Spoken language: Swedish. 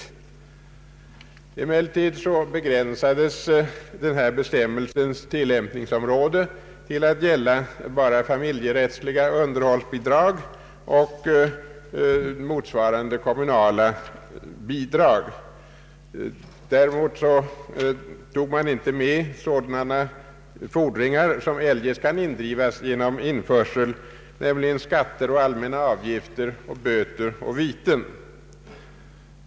Emellertid begränsades den här bestämmelsens tillämpningsområde = till att gälla bara familjerättsliga underhållsbidrag och motsvarande kommunala bidrag. Däremot tog man inte med sådana fordringar som eljest kan indrivas genom införsel, nämligen skatter och allmänna avgifter, böter och viten.